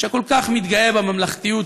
שכל כך מתגאה בממלכתיות,